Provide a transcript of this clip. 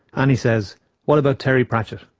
annie says what about terry pratchett?